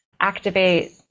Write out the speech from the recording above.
activate